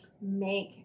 make